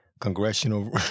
congressional